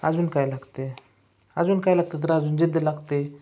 अजून काय लागते अजून काय लागतं तर अजून जिद्द लागते